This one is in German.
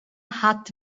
hat